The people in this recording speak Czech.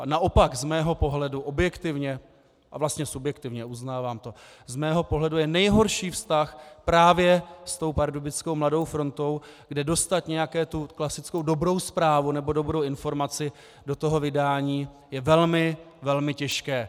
A naopak z mého pohledu objektivně a vlastně subjektivně, uznávám to z mého pohledu je nejhorší vztah právě s tou pardubickou Mladou frontou, kde dostat nějakou klasickou dobrou zprávu nebo dobrou informaci do toho vydání je velmi, velmi těžké.